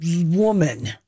woman